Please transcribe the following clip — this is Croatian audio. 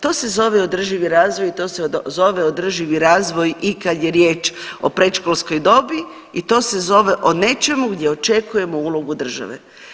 To se zove održivi razvoj i to se zove održivi razvoj i kad je riječ o predškolskoj dobi i to se zove o nečemu gdje očekujemo ulogu države.